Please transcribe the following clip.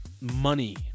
money